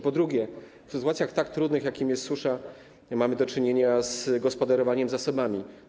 Po drugie, w sytuacji tak trudnej, jaką jest susza, mamy do czynienia z gospodarowaniem zasobami.